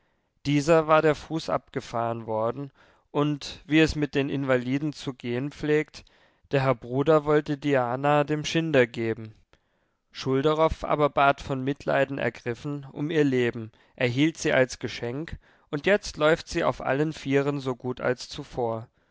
dieser war der fuß abgefahren worden und wie es mit den invaliden zu gehen pflegt der herr bruder wollte diana dem schinder geben schulderoff aber bat von mitleiden ergriffen um ihr leben erhielt sie als geschenk und jetzt läuft sie auf allen vieren so gut als zuvor